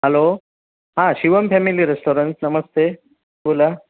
hello हां Shivam family restaurant नमस्ते बोला